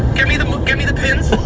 give me the, give me the pins.